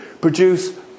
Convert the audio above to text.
produce